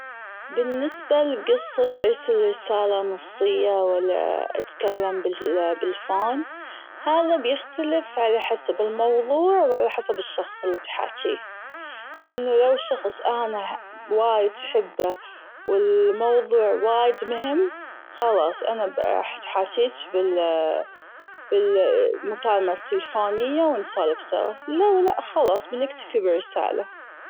بالنسبة لجصة أرسل نصية ولا أتكلم بال- بالفون هذا بيختلف على حسب الموضوع وعلى حسب الشخص اللي بحاجيه أنه لو شخص أنا وايد حبه والموضوع وايد مهم خ..لاص أنا بحاجيج بال- بالمكالمة التليفونية ونسولف سوا لو لا خلاص برسل رسالة.